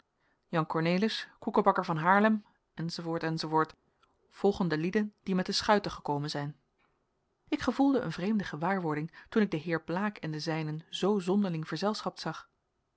koekebakker van haarlem enz enz volgen de lieden die met de schuiten gekomen zijn ik gevoelde een vreemde gewaarwording toen ik den heer blaek en de zijnen zoo zonderling verzelschapt zag